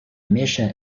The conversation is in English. mission